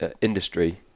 industry